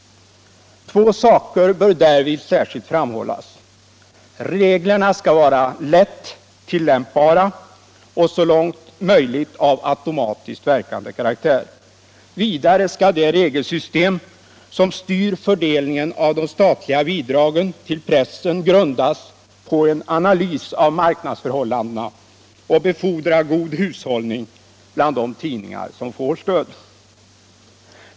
Två saker bör därvid särskilt framhållas. Reglerna skall vara lätt tillämpbara och så långt möjligt av automatiskt verkande karaktär, och vidare skall det regelsystem som styr fördelningen av de statliga bidragen till pressen grundas på en analys av marknadsförhållandena och befordra god hushållning bland de tidningar som får stöd.